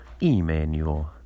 Emmanuel